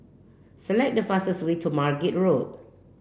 select the fastest way to Margate Road